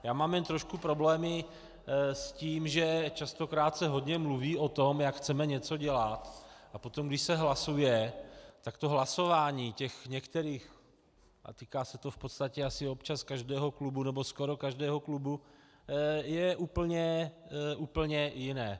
Já mám jen trošku problémy s tím, že častokrát se hodně mluví o tom, jak chceme něco dělat, a potom, když se hlasuje, tak hlasování těch některých, a týká se to v podstatě občas každého klubu, nebo skoro každého klubu, je úplně jiné.